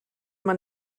man